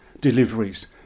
deliveries